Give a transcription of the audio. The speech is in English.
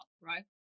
right